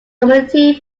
committee